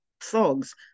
thugs